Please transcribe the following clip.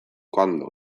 quando